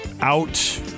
out